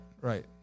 right